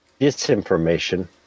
disinformation